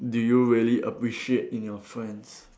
do you really appreciate in your friends